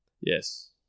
Yes